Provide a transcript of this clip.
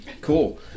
Cool